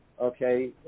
okay